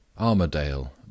Armadale